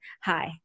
hi